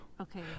okay